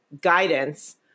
guidance